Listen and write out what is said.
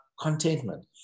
contentment